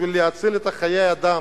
בשביל להציל חיי אדם,